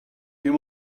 dim